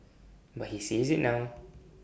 but he sees IT now